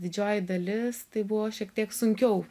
didžioji dalis tai buvo šiek tiek sunkiau